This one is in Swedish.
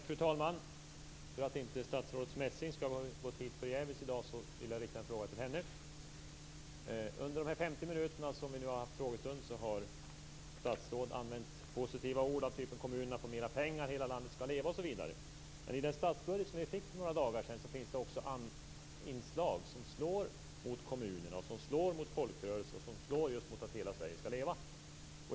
Fru talman! För att inte statsrådet Messing skall ha gått hit förgäves i dag vill jag rikta en fråga till henne. Under de 50 minuter som vi nu har haft frågestund har statsråd använt positiva ord av typen: Kommunerna får mer pengar, hela landet skall leva osv. Men i den statsbudget som vi fick för några dagar sedan finns det också inslag som slår mot kommunerna, som slår mot folkrörelserna och som slår just mot detta att hela Sverige skall leva.